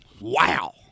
wow